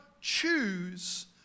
choose